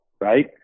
right